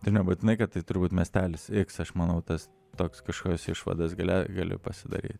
tai nebūtinai kad tai turi būt miestelis iks aš manau tas toks kažkokias išvadas galia gali pasidaryt